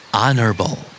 honorable